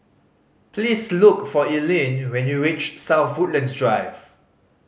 please look for Ellyn when you reach South Woodlands Drive